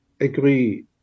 agree